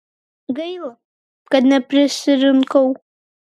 gaila kad neprisirinkau